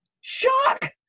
shock